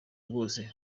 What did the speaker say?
bwose